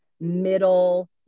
middle